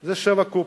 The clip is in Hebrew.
זה 7 קוב.